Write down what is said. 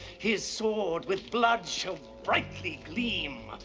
his sword with blood shall brightly gleam.